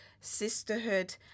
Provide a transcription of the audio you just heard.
Sisterhood